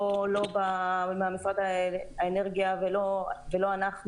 לא במשרד האנרגיה ולא אנחנו,